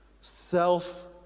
self